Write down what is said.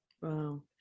Wow